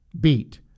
beat